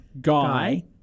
Guy